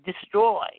destroy